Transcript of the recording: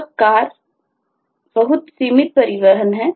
वह car बहुत सीमित परिवहन है